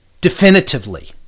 definitively